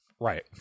Right